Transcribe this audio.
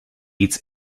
eats